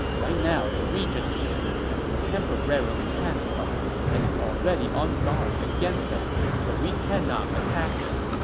right now, the region of shu has been temporarily pacified and is already on guard against us, so we cannot attack them.